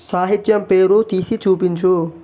సాహిత్యం పేరు తీసి చూపించు